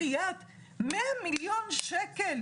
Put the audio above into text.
בחייאת, 100 מיליון שקל?